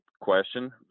question